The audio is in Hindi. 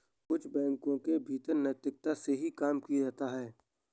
कुछ बैंकों के भीतर नैतिकता से ही काम किया जाता है